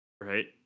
right